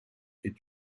est